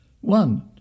One